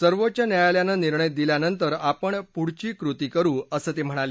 सर्वोच्च न्यायालयानं निर्णय दिल्यानंतर आपण पुढची कृती करू असं ते म्हणाले